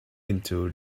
into